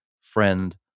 friend